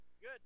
good